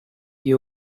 you